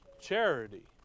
Charity